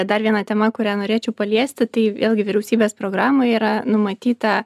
dar viena tema kurią norėčiau paliesti tai vėlgi vyriausybės programoje yra numatyta